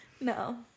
No